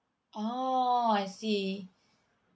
oh I see